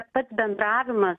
pats bendravimas